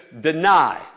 deny